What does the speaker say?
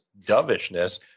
dovishness